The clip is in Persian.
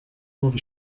موقع